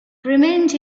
revenge